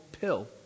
pill